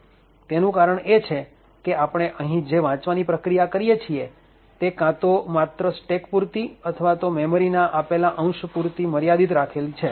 તેનું કારણ એ છે કે આપણે અહી જે વાંચવાની પ્રક્રિયા કરીએ છીએ તે કાં તો માત્ર સ્ટેક પુરતી અથવા તો મેમરી ના આપેલા અંશ પુરતી મર્યાદિત રાખેલી છે